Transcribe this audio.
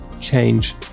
change